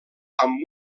amb